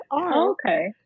Okay